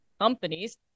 companies